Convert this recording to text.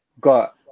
got